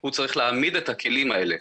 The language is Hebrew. הוא צריך להעמיד את הכלים האלה.